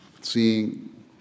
seeing